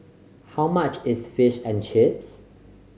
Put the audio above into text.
how much is Fish and Chips